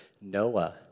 Noah